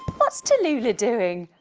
what's tallulah doing?